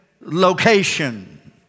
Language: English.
location